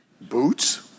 boots